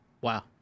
Wow